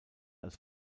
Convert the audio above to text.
als